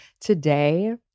Today